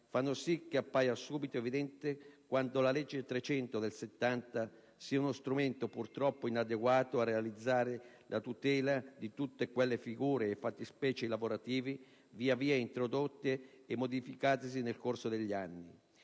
fanno sì che appaia subito evidente quanto la legge n. 300 del 1970 sia uno strumento purtroppo inadeguato a realizzare la tutela di tutte quelle figure e fattispecie lavorative via via introdotte e modificatesi nel corso degli anni.